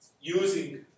using